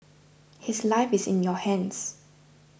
his life is in your hands